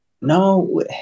no